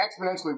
exponentially